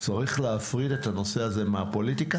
צריך להפריד את הנושא הזה מהפוליטיקה